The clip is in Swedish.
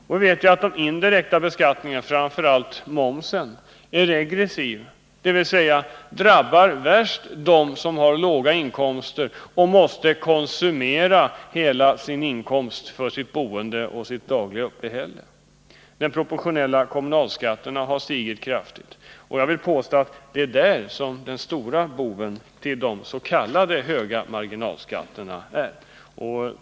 Vi vet att den indirekta skatten, framför allt momsen, är regressiv, och det medför bl.a. att den värst drabbar dem som har låga inkomster och måste konsumera hela sin inkomst för sitt boende och sitt dagliga uppehälle. De proportionella kommunalskatterna har stigit kraftigt, och jag vill påstå att det är kommunalskatten som är den stora boven när det gäller de s.k. höga marginalskatterna.